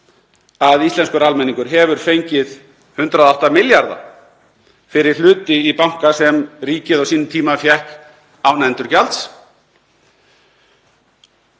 að íslenskur almenningur hefur fengið 108 milljarða fyrir hluti í banka sem ríkið fékk á sínum tíma án endurgjalds.